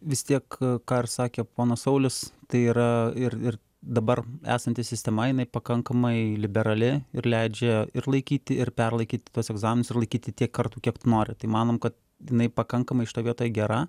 vis tiek ką ir sakė ponas saulius tai yra ir ir dabar esanti sistema jinai pakankamai liberali ir leidžia ir laikyti ir perlaikyti tuos egzaminus ir laikyti tiek kartų kiek nori tai manom kad jinai pakankamai šitoj vietoje gera